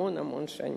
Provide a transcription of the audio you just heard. המון המון שנים.